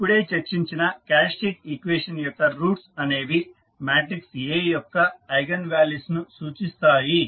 మనము ఇప్పుడే చర్చించిన క్యారెక్టరిస్టిక్ ఈక్వేషన్ యొక్క రూట్స్ అనేవి మాట్రిక్స్ A యొక్క ఐగన్ వాల్యూస్ ను సూచిస్తాయి